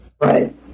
Right